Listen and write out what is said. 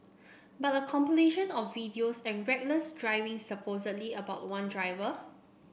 but a compilation of videos of reckless driving supposedly about one driver